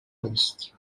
نیست